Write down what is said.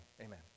amen